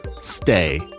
stay